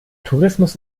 tourismus